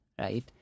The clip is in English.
right